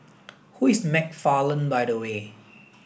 who is McFarland by the way